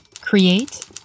create